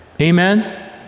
Amen